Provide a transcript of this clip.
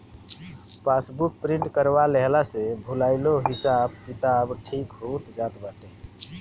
passbook print करवा लेहला से भूलाइलो हिसाब किताब ठीक हो जात बाटे